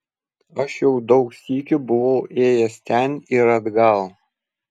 aš jau daug sykių buvau ėjęs ten ir atgal